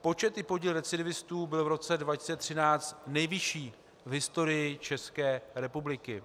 Počet i podíl recidivistů byl v roce 2013 nejvyšší v historii České republiky.